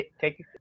Take